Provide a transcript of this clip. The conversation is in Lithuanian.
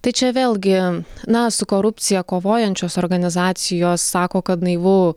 tai čia vėlgi na su korupcija kovojančios organizacijos sako kad naivu